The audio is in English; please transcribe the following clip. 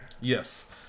Yes